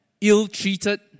ill-treated